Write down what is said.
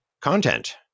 content